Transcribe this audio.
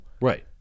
right